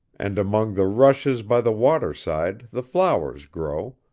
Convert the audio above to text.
and among the rushes by the water-side the flowers grow,